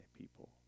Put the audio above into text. people